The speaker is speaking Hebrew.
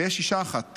ויש אישה אחת